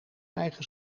eigen